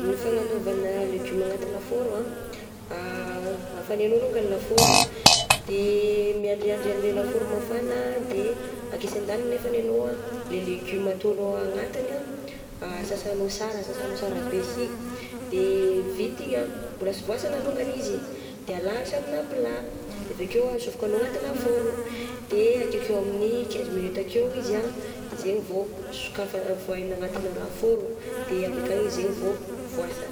Ny fananaovana legioma anaty lafaoro ah, afanainao longany ny lafaoro, de mihandriahandry anle lafaoro mafagna de akesy andaniny nefa nenao ah le legume ataonao anatiny ah sasanao sara, sasanao sara be sy, de vita igny ah mbola sy voasana lognany izy, de alahatra amigna plat, de avy akeo ah asofokanao anaty lafaoro, de akeokeo amin'ny quinze minute akeo izy ah de zegny vô sokafa-vohaina anatigna lafaoro de avy akay izy zegny vô voasana.